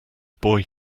boy